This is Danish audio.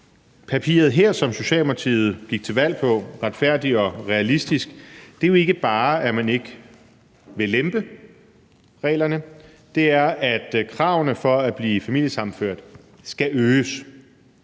papiret her, som Socialdemokratiet gik til valg på – »Retfærdig og realistisk – en udlændingepolitik, der samler Danmark« – er jo ikke bare, at man ikke vil lempe reglerne; det er, at kravene for at blive familiesammenført skal øges.